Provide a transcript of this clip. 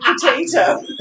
potato